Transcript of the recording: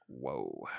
Whoa